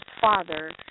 father